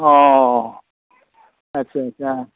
অঁ আচ্ছা আচ্ছা